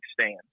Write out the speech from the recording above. stand